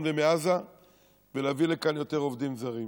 ומעזה ולהביא לכאן יותר עובדים זרים.